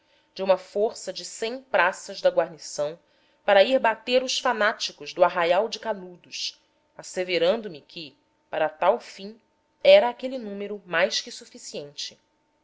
de uma força de cem praças da guarnição para ir bater os fanáticos do arraial de canudos asseverando me que para tal fim era aquele número mais que suficiente